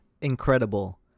Incredible